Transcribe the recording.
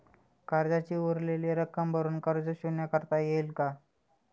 कर्जाची उरलेली रक्कम भरून कर्ज शून्य करता येईल का?